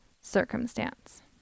circumstance